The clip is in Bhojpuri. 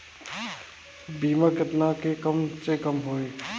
बीमा केतना के कम से कम होई?